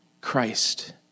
Christ